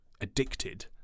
addicted